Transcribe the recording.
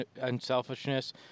unselfishness